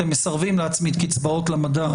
אתם מסרבים להצמיד קצבאות למדד,